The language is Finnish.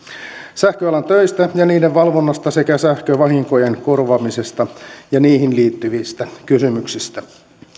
sähköalan töistä ja niiden valvonnasta sekä sähkövahinkojen korvaamisesta ja niihin liittyvistä kysymyksistä